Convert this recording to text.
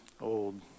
old